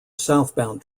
southbound